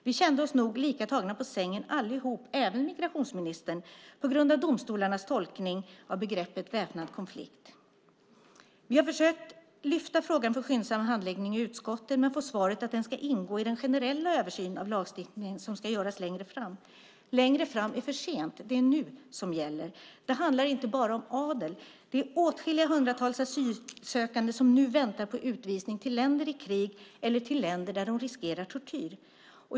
Vi kände oss nog lika tagna på sängen allihop, även migrationsministern, på grund av domstolarnas tolkning av begreppet väpnad konflikt. Vi har försökt lyfta fram frågan för skyndsam handläggning i utskottet men får svaret att den ska ingå i den generella översyn av lagstiftningen som ska göras längre fram. Längre fram är för sent, det är nu som gäller. Det handlar inte bara om Adel. Åtskilliga hundratals asylsökande väntar nu på utvisning till länder i krig, eller till länder där de riskerar tortyr.